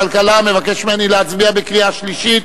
מבקש ממני להצביע בקריאה שלישית.